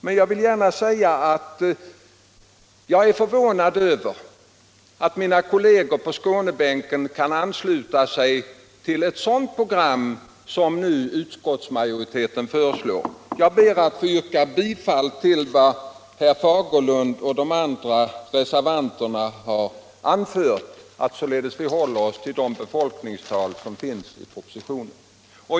Men jag vill gärna säga att jag är förvånad över att mina borgerliga kolleger på Skånebänken kan ansluta sig till det program som utskottsmajoriteten nu föreslår. Jag ber att få instämma i bl.a. herr Fagerlunds yrkande att vi i enlighet med vad som föreslås i reservationen skall bibehålla de befolkningstal som angetts i propositionen.